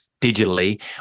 digitally